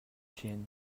chiennes